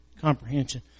comprehension